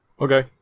Okay